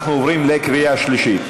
אנחנו עוברים לקריאה שלישית.